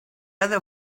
other